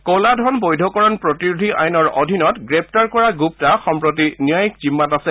কলা ধন বৈধকৰণ প্ৰতিৰোধী আইনৰ অধীনত গ্ৰেপ্তাৰ কৰা গুপ্তা সম্প্ৰতি ন্যায়িক জিম্মাত আছে